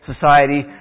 society